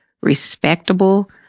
respectable